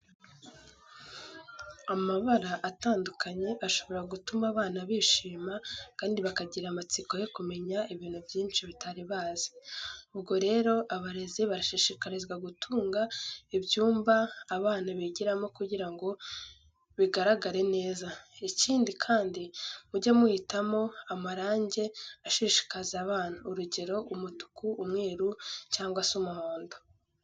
Amabara atandukanye ashobora gutuma abana bishima kandi bakagira amatsiko yo kumenya ibintu byinshi batari bazi. Ubwo rero abarezi barashishikarizwa gutunga ibyumba abana bigiramo kugira ngo bigaragare neza. Ikindi kandi, mujye muhitamo amarange ashishikaza abana. Urugero, umutuku, umweru cyangwa se umuhondo.